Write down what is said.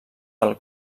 del